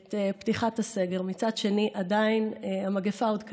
את פתיחת הסגר, ומצד שני עדיין המגפה עוד כאן.